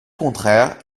contraire